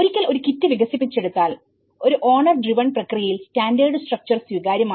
ഒരിക്കൽ ഒരു കിറ്റ്വികസിപ്പിച്ചെടുത്താൽഒരു ഓണർ ഡ്രിവൺ പ്രക്രിയയിൽ സ്റ്റാൻഡേർഡ് സ്ട്രക്ച്ചർ സ്വീകര്യമാണ്